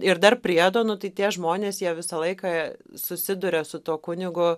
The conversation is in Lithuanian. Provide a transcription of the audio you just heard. ir dar priedo nu tai tie žmonės jie visą laiką susiduria su tuo kunigu